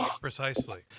Precisely